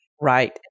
Right